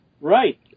Right